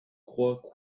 croix